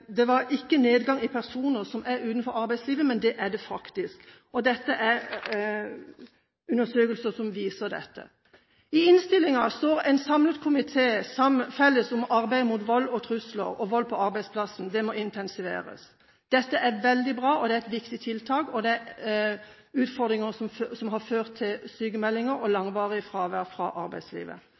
det ikke var nedgang i antall personer som er utenfor arbeidslivet. Det er det faktisk. Det finnes undersøkelser som viser dette. I innstillingen står komiteen samlet når det gjelder å intensivere arbeidet mot vold og trusler på arbeidsplassen. Det er veldig bra, og det er et viktig tiltak. Dette handler om utfordringer som har ført til sykmeldinger og langvarig fravær fra arbeidslivet.